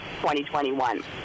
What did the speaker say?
2021